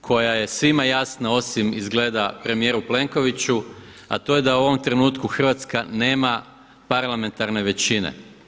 koja je svima jasna osim izgleda premijeru Plenkoviću, a to je da u ovom trenutku Hrvatska nema parlamentarne većine.